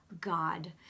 god